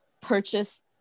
purchase